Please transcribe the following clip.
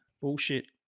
bullshit